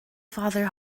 father